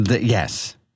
Yes